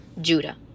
Judah